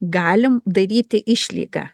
galim daryti išlygą